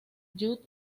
judd